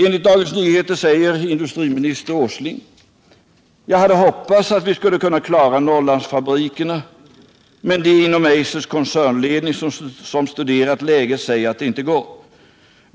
Enligt Dagens Nyheter säger industriminister Åsling följande: ”Jag hade hoppats att vi skulle kunna klara Norrlandsfabrikerna, men de inom Eisers koncernledning som studerat läget säger att det inte går.